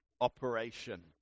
operation